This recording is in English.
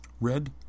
Red